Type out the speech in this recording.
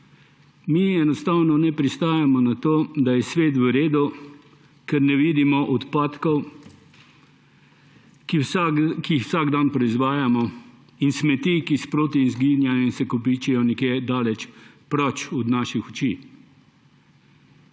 Mi enostavno ne pristajamo na to, da je svet v redu, ker ne vidimo odpadkov, ki jih vsak dan proizvajamo, in smeti, ki sproti izginjajo in se kopičijo nekje daleč proč od naših oči.